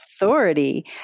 authority